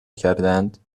کردهاند